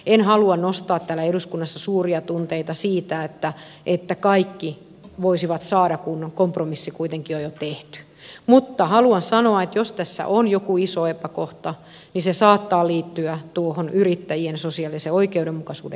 en halua nostaa täällä eduskunnassa suuria tunteita sen suhteen että kaikki voisivat saada kun kompromissi kuitenkin on jo tehty mutta haluan sanoa että jos tässä on joku iso epäkohta niin se saattaa liittyä yrittäjien sosiaalisen oikeudenmukaisuuden edistämiseen